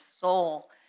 soul